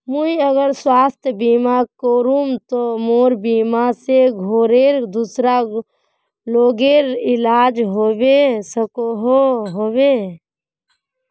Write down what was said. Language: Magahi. मुई अगर स्वास्थ्य बीमा करूम ते मोर बीमा से घोरेर दूसरा लोगेर इलाज होबे सकोहो होबे?